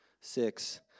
six